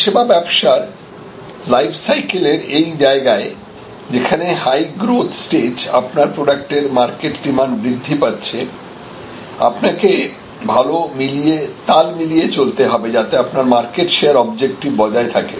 পরিষেবা ব্যবসার লাইফ সাইকেলের এই জায়গায় যেখানে হাই গ্রোথ স্টেজ আপনার প্রোডাক্টের মার্কেট ডিমান্ড বৃদ্ধি পাচ্ছে আপনাকে তাল মিলিয়ে চলতে হবে যাতে আপনার মার্কেট শেয়ার অবজেক্টিভ বজায় থাকে